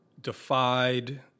defied